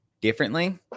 differently